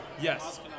Yes